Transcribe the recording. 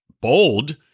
Bold